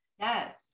Yes